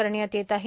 करण्यात येत आहे